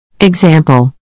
Example